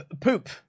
poop